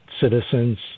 citizens